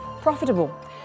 profitable